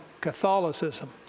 Catholicism